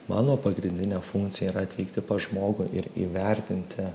mano pagrindinė funkcija yra atvykti pas žmogų ir įvertinti